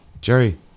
Jerry